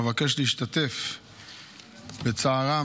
אבקש להשתתף בצערם,